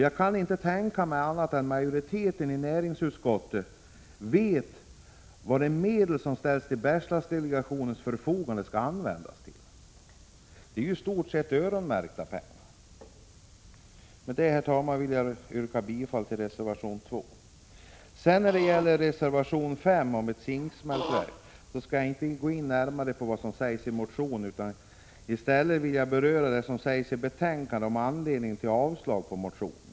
Jag kan inte tänka mig annat än att majoriteten i näringsutskottet vet vad de medel som ställts till Bergslagsdelegationens förfogande skall användas till. Det är i stort sett öronmärkta pengar. Med detta vill jag, herr talman, yrka bifall till reservation 2. Beträffande reservation 5 om ett zinksmältverk skall jag inte gå in närmare på vad som sägs i motionen, utan i stället beröra det som sägs i betänkandet om anledningen till att man yrkar avslag på motionerna.